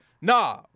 Nah